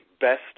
best